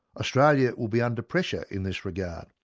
australia will be under pressure in this regard.